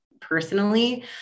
personally